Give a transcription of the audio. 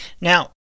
Now